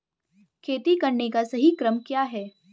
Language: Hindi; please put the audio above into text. खेती करने का सही क्रम क्या है?